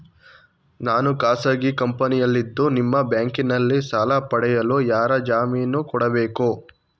ನಾನು ಖಾಸಗಿ ಕಂಪನಿಯಲ್ಲಿದ್ದು ನಿಮ್ಮ ಬ್ಯಾಂಕಿನಲ್ಲಿ ಸಾಲ ಪಡೆಯಲು ಯಾರ ಜಾಮೀನು ಕೊಡಬೇಕು?